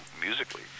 musically